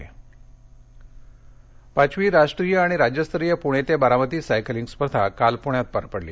क्रीडाः पाचवी राष्ट्रीय आणि राज्यस्तरीय पूणे ते बारामती सायकलींग स्पर्धा काल पुण्यात पार पडली